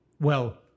Well-